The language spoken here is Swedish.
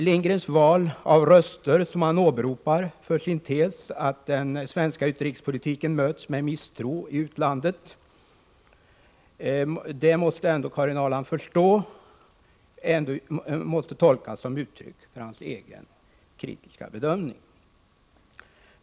Lindgrens val av röster som han åberopar för sin tes att den svenska utrikespolitiken möts med misstro i utlandet måste tolkas som uttryck för hans egen kritiska bedömning — det förstår givetvis Karin Ahrland.